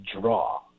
draw